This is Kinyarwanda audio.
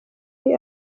ari